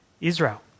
Israel